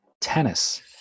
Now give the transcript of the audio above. Tennis